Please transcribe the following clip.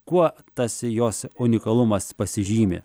kuo tas jos unikalumas pasižymi